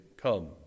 Come